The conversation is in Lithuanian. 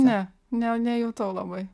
ne ne nejutau labai